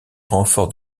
renforts